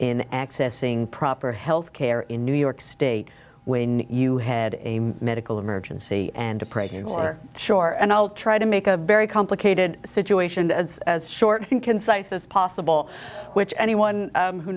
in accessing proper health care in new york state when you had a medical emergency and a pregnancy for sure and i'll try to make a very complicated situation as short concise as possible which anyone who